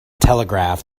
telegraph